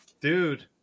Dude